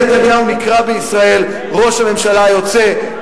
ולכן מהיום והלאה בנימין נתניהו נקרא בישראל: ראש הממשלה היוצא,